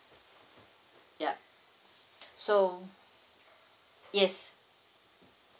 yup so yes